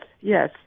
yes